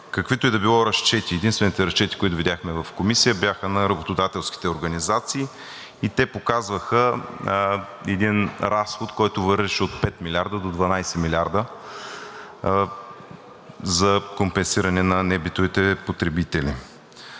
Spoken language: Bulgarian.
каквито и да било разчети. Единствените разчети, които видяхме в Комисията, бяха на работодателските организации и те показваха един разход, който варираше от пет милиарда до дванадесет милиарда за компенсиране на небитовите потребители.